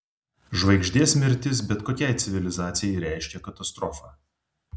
žvaigždės mirtis bet kokiai civilizacijai reiškia katastrofą